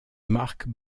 marques